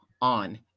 on